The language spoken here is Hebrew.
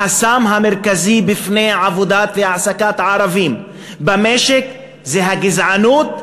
החסם המרכזי בפני עבודה והעסקה של ערבים במשק זה הגזענות,